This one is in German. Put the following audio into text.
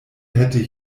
hätte